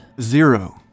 Zero